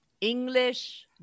English